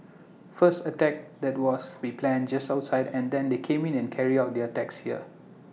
first attacks that was be planned just outside and then they come in and carry out the attacks here